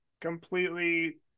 completely